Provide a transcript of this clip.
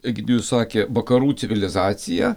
egidijus sakė vakarų civilizacija